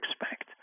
expect